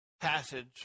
passage